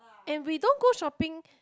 and we don't go shopping